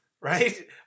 right